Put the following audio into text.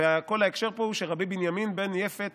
וכל ההקשר פה הוא שרבי בנימין בן יפת